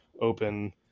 open